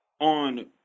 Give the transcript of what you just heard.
on